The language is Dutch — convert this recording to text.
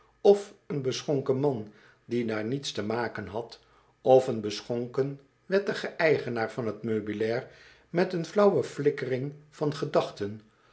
of een beschonken man die daar niets te maken had of de beschonken wettige eigenaar van t meublement met een flauwe flikkering van gedachten